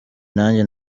nanjye